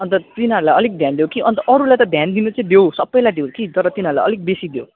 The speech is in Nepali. अन्त तिनीहरूलाई अलिक ध्यान देऊ कि अन्त अरूलाई त ध्यान दिनु चाहिँ देऊ सबैलाई देऊ कि तर तिनीहरूलाई अलिक बेसी देऊ